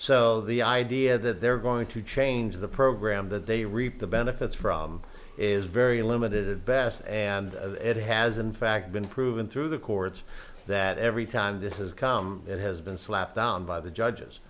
so the idea that they're going to change the program that they reap the benefits from is very limited best and it has in fact been proven through the courts that every time this has come it has been slapped down by the judges